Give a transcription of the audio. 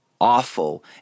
Awful